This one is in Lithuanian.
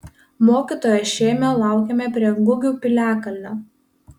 mokytojo šėmio laukėme prie gugių piliakalnio